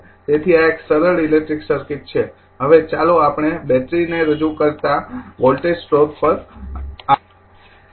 તેથી આ એક સરળ ઇલેક્ટ્રિક સર્કિટ છે હવે ચાલો આપણે બેટરીને રજૂ કરતા વોલ્ટેજ સ્ત્રોત પર આવીએ